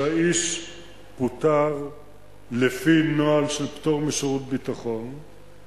שהאיש פוטר לפי נוהל של פטור משירות ביטחון,